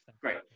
Great